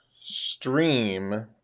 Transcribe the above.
stream